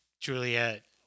Juliet